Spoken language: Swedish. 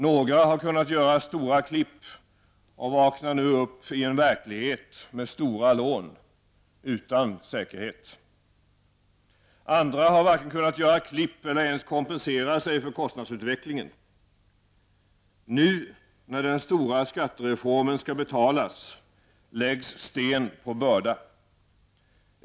Några har kunnat göra ''stora klipp'' och vaknar nu upp i en verklighet med stora lån utan säkerhet. Andra har varken kunnat göra klipp eller ens kompensera sig för kostnadsutvecklingen. Nu, när den stora skattereformen skall betalas, läggs sten på börda.